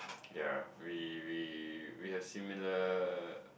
ya we we we are similar